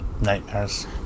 nightmares